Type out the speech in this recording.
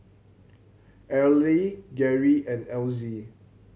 Arley Gerry and Elzy